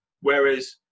Whereas